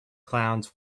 clowns